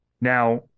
now